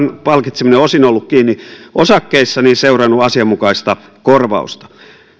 palkitseminen on osin ollut kiinni osakkeissa asianmukaista korvausta